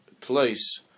place